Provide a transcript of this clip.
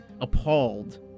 appalled